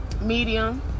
medium